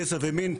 גזע ומין.